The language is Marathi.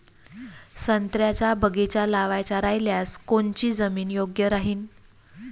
संत्र्याचा बगीचा लावायचा रायल्यास कोनची जमीन योग्य राहीन?